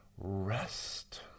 Rest